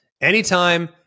Anytime